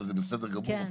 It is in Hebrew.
זה בסדר גמור,